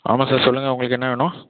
ஆமாம் சார் சொல்லுங்கள் உங்களுக்கு என்ன வேணும்